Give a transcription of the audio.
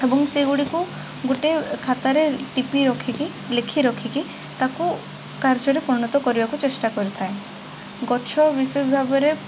ଏବଂ ସେ ଗୁଡ଼ିକୁ ଗୁଟେ ଖାତାରେ ଟିପି ରଖିକି ଲେଖି ରଖିକି ତାକୁ କାର୍ଯ୍ୟରେ ପରିଣତ କରିବାକୁ ଚେଷ୍ଟା କରିଥାଏ ଗଛ ବିଶେଷ ଭାବରେ